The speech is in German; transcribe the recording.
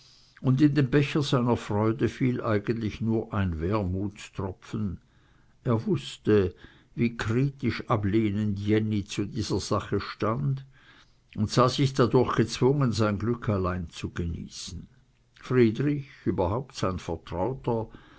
und in den becher seiner freude fiel eigentlich nur ein wermutstropfen er wußte wie kritisch ablehnend jenny zu dieser sache stand und sah sich dadurch gezwungen sein glück allein zu genießen friedrich überhaupt sein vertrauter